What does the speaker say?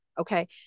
Okay